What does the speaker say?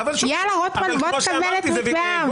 יאללה, רוטמן, בוא תקבל את מתווה העם.